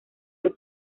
del